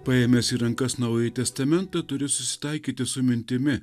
paėmęs į rankas naująjį testamentą turiu susitaikyti su mintimi